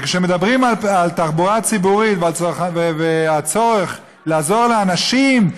כשמדברים על תחבורה ציבורית ועל הצורך לעזור לאנשים,